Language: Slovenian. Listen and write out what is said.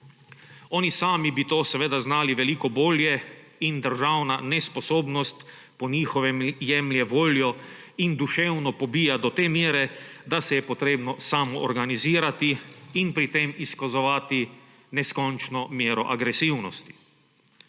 Oni sami bi to seveda znali veliko bolje in državna nesposobnost po njihovem jemlje voljo in duševno pobija do te mere, da se je treba samoorganizirati in pri tem izkazovati neskončno mero agresivnosti.